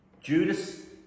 Judas